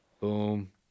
Boom